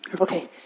Okay